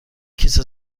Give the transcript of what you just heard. کیسه